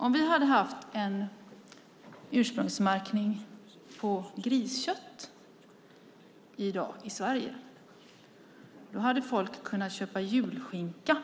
Om vi hade haft en ursprungsmärkning på griskött i dag i Sverige hade folk kunnat köpa julskinka